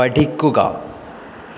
പഠിക്കുക